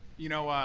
you know,